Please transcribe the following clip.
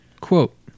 quote